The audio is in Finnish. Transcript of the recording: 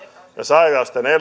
ja sairauksien